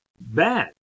bad